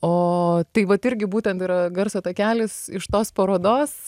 o tai vat irgi būtent yra garso takelis iš tos parodos